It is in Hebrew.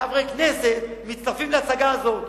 וחברי כנסת מצטרפים להצגה הזאת.